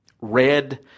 Red